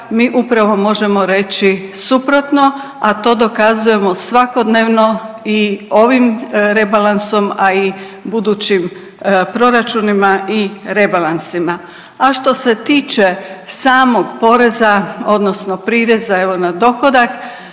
mi upravo možemo reći suprotno, a to dokazujemo svakodnevno i ovim rebalansom, a i budućim proračunima i rebalansima. A što se tiče samog poreza odnosno prireza evo na dohodak